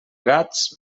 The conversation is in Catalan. gats